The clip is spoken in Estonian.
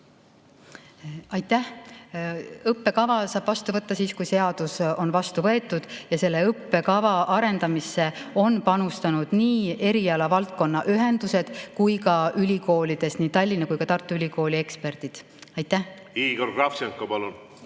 Aitäh! Õppekava saab vastu võtta siis, kui seadus on vastu võetud. Ja selle õppekava arendamisse on panustanud nii erialavaldkonna ühendused kui ka ülikoolid, nii Tallinna Ülikooli kui ka Tartu Ülikooli eksperdid. Aitäh! Õppekava saab vastu